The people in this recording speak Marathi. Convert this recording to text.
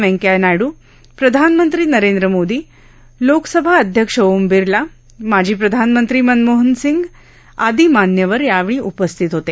वेंकय्या नायडू प्रधानमंत्री नरेंद्र मोदी लोकसभा अध्यक्ष ओम बिरला माजी प्रधानमंत्री मनमोहन सिंग इत्यादी मान्यवर यावेळी उपस्थित होते